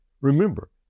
remember